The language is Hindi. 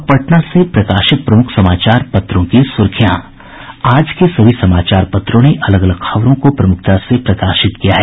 अब पटना से प्रकाशित प्रमुख समाचार पत्रों की सुर्खियां आज के सभी समाचार पत्रों ने अलग अलग खबरों को प्रमुखता से प्रकाशित किया है